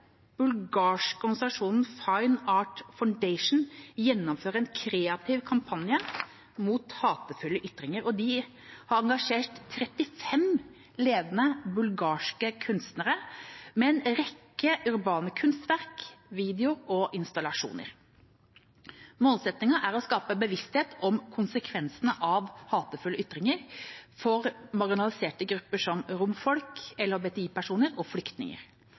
bulgarske organisasjonen «Fine Arts Foundation» gjennomfører en kreativ kampanje mot hatefulle ytringer. Den har engasjert 35 ledende bulgarske kunstnere, med en rekke urbane kunstverk, video og illustrasjoner. Målsettingen er å skape bevissthet om konsekvensene av hatefulle ytringer for marginaliserte grupper som romfolk, LHBTI-personer og flyktninger